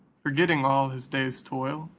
forgetting all his day's toil,